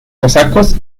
cosacos